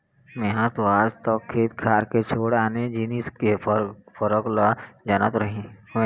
मेंहा तो आज तक खेत खार के छोड़ आने जिनिस के फरक ल जानत रहेंव